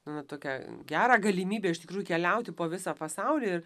nu vat tokią gerą galimybę iš tikrųjų keliauti po visą pasaulį ir